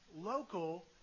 local